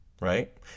right